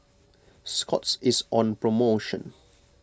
Scott's is on promotion